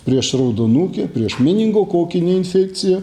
prieš raudonukę prieš meningokokinę infekciją